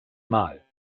mal